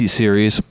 series